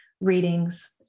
readings